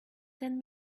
ten